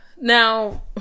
Now